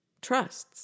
trusts